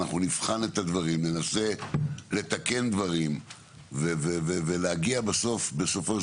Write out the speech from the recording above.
אנחנו נבחן את הדברים וננסה לתקן דברים ולהגיע בסופו של